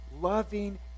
loving